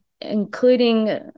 including